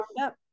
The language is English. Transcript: up